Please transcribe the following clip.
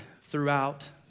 throughout